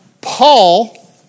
Paul